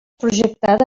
projectada